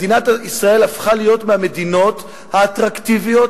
מדינת ישראל הפכה להיות מהמדינות האטרקטיביות